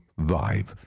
vibe